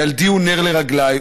ילדי הוא נר לרגליי,